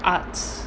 arts